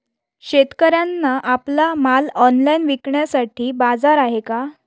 शेतकऱ्यांना आपला माल ऑनलाइन विकण्यासाठी बाजार आहे का?